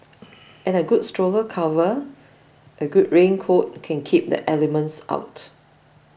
and a good stroller cover and good raincoat can keep the elements out